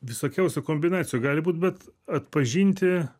visokiausių kombinacijų gali būt bet atpažinti